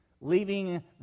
leaving